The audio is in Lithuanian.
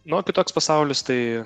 no kitoks pasaulis tai